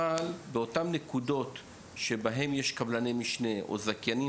אבל באותן נקודות שיש בהן קבלני משנה או זכיינים